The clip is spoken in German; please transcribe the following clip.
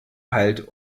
halt